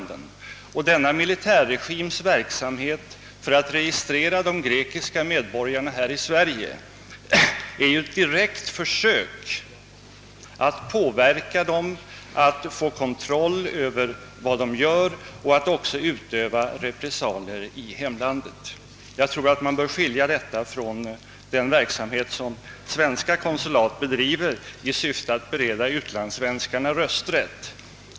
Denna militärregims verksamhet för att registrera de grekiska medborgarna här i Sverige är ett direkt försök att påverka dem, att få kontroll över vad de gör och att utöva repressalier i hemlandet. Jag tror att man bör skilja detta från den verksamhet som svenska konsulat bedriver i syfte att bereda utlandssvenskarna rösträtt.